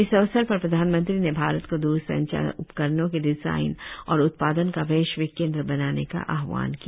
इस अवसर पर प्रधान मंत्री ने भारत को द्रसंचार उपकरणों के डिजाइन और उत्पादन का वैश्विक केन्द्र बनाने का आहवान किया